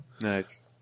Nice